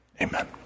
Amen